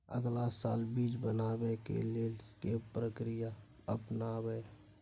अगला साल बीज बनाबै के लेल के प्रक्रिया अपनाबय?